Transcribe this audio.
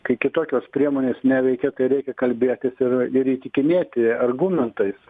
kai kitokios priemonės neveikia tai reikia kalbėtis ir ir įtikinėti argumentais